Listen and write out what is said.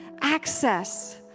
access